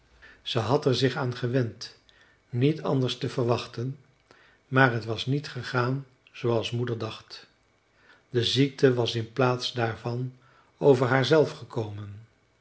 ze had er zich aan gewend niet anders te verwachten maar het was niet gegaan zooals moeder dacht de ziekte was in plaats daarvan over haarzelf gekomen